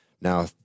Now